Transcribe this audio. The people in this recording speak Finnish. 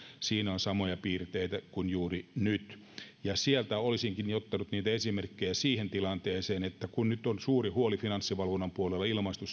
siinä oli samoja piirteitä kuin on juuri nyt sieltä olisinkin jo ottanut esimerkkejä tähän tilanteeseen kun nyt on suuri huoli finanssivalvonnan puolella ilmaistu